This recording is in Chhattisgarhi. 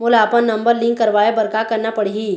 मोला अपन नंबर लिंक करवाये बर का करना पड़ही?